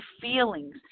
feelings